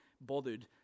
bothered